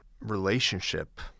relationship